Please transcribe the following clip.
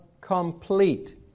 complete